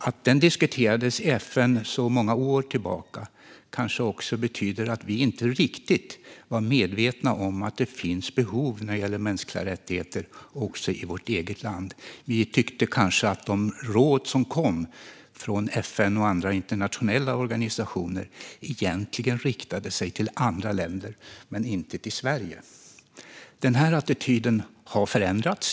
Att detta diskuterades i FN så många år tillbaka kanske också betyder att vi inte riktigt var medvetna om att det fanns behov när det gällde mänskliga rättigheter också i vårt eget land. Vi tyckte kanske att de råd som kom från FN och andra internationella organisationer egentligen riktade sig till andra länder men inte till Sverige. Den här attityden har förändrats.